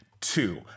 Two